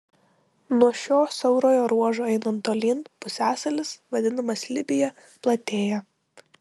nuo šio siaurojo ruožo einant tolyn pusiasalis vadinamas libija platėja